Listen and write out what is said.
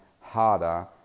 harder